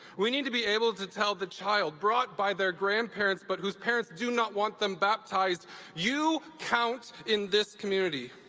we need to be able to tell the child brought by their grandparents but whose parents do not want them baptized you count in this community.